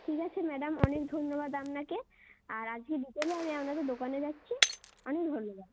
ঠিক আছে ম্যাডাম অনেক ধন্যবাদ আপনাকে আর আজকে বিকেলে আমি আপনাদের দোকানে যাচ্ছি অনেক ধন্যবাদ